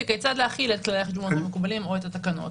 כיצד להחיל את כללי החש/ונאות המקובלים או את התקנות,